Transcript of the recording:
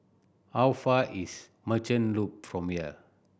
how far is Merchant Loop from here